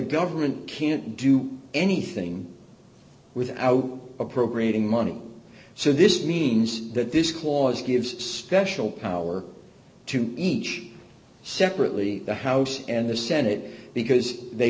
government can't do anything without appropriating money so this means that this clause gives special power to each separately the house and the senate because they